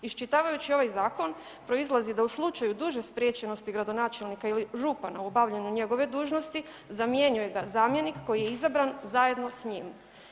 Iščitavajući ovaj zakon proizlazi da u slučaju duže spriječenosti gradonačelnika ili župana u obavljanju njegove dužnosti zamjenjuje ga zamjenik koji je izabran zajedno s njim.